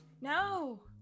no